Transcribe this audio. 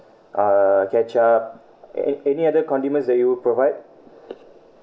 uh ketchup an~ any other condiments that you will provide